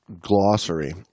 Glossary